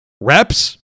Reps